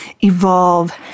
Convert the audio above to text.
evolve